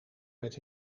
met